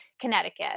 Connecticut